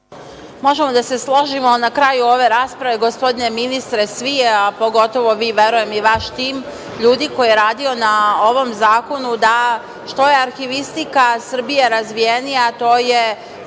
Možemo da se složimo na kraju ove rasprave, gospodine ministre, svi, a pogotovo vi, a verujem i vaš tim ljudi koji je radio na ovom zakonu, da što je arhivistika Srbije razvijenija, to je